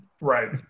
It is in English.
Right